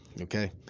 okay